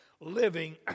living